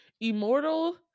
immortal